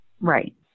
Right